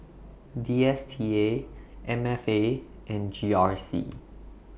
D S T A M F A and G R C